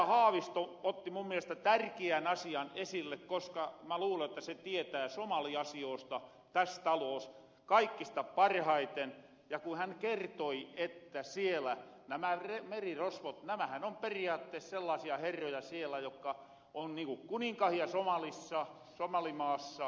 haavisto otti mun mielestä tärkiän asian esille koska mä luulen että hän tietää somaliasioosta täs taloos kaikista parhaiten ja hän kertoi että siellä nämä merirosvothan ovat periaattees sellaasia herroja siellä jokka on niin ku kuninkahia somalimaassa köyhässä maassa